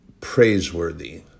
praiseworthy